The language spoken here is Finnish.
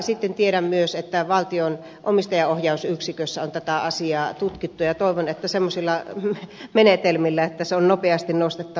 sitten tiedän myös että valtion omistajaohjausyksikössä on tätä asiaa tutkittu ja toivon että semmoisilla menetelmillä että se on nopeasti nostettavissa ylös